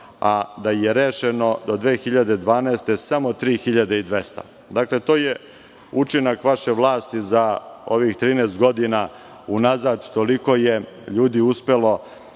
a da je rešeno do 2012. godine samo 3.200. Dakle, to je učinak vaše vlasti za ovih 13 godina unazad. Toliko je ljudi uspelo